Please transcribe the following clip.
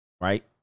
right